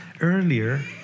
earlier